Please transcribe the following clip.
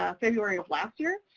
ah february of last year.